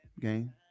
Game